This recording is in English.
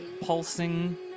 pulsing